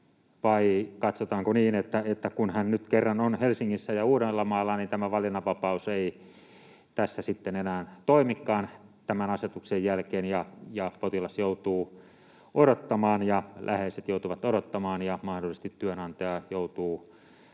vai katsotaanko niin, että kun hän nyt kerran on Helsingissä, Uudellamaalla, niin tämä valinnanvapaus ei tässä sitten enää toimikaan tämän asetuksen jälkeen ja potilas joutuu odottamaan ja läheiset joutuvat odottamaan ja mahdollisesti työnantaja joutuu